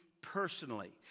personally